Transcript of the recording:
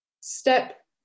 step